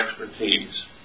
expertise